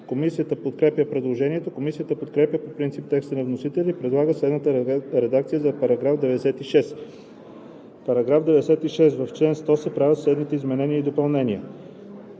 Комисията подкрепя предложението. Комисията подкрепя по принцип текста на вносителя и предлага следната редакция за § 120: „§ 120. В чл. 124 се правят следните изменения и допълнения: